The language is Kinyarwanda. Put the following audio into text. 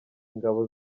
ingabo